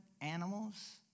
animals